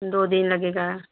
दो दिन लगेगा